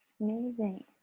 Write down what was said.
amazing